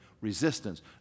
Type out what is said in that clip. resistance